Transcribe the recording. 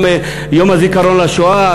גם יום הזיכרון לשואה,